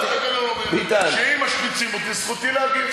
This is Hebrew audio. התקנון אומר שאם משמיצים אותי זכותי להגיב.